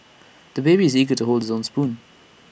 the baby is eager to hold his own spoon